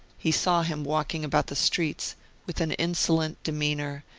he saw him walking about the streets with an insolent demeanour,